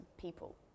people